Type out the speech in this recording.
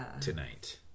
Tonight